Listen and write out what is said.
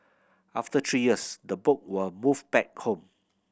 after three years the book were moved back home